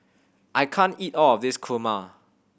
I can't eat all of this kurma